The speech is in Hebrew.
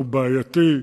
הוא בעייתי,